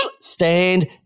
stand